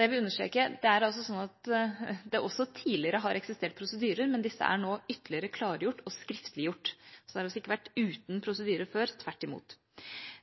Jeg vil understreke at det også tidligere har eksistert prosedyrer, men disse er nå ytterligere klargjort og skriftliggjort. Man har altså ikke vært uten prosedyrer før – tvert imot.